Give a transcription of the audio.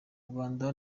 rwanda